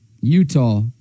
Utah